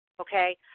okay